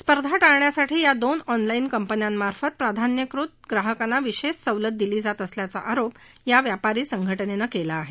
स्पर्धा टाळण्यासाठी या दोन ऑनलाईन कंपन्यांमार्फत प्राधान्यकृत ग्राहकांना विशेष सवलत दिली जात असल्याचा आरोप या व्यापारी संघटनेनं केला आहे